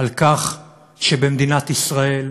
על כך שבמדינת ישראל